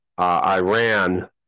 Iran